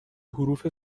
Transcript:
حروف